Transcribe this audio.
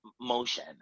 motion